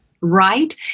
Right